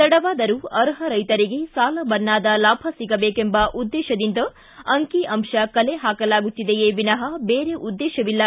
ತಡವಾದರೂ ಅರ್ಹ ರೈತರಿಗೆ ಸಾಲ ಮನ್ನಾದ ಲಾಭ ಸಿಗಬೇಕೆಂಬ ಉದ್ದೇಶದಿಂದ ಅಂಕಿ ಅಂಶ ಕಲೆ ಹಾಕಲಾಗುತ್ತಿದೆಯೇ ವಿನಹಃ ಬೇರೆ ಉದ್ದೇಶವಿಲ್ಲ